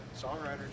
songwriter